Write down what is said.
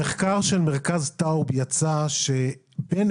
במחקר של מרכז טאוב יצא שבין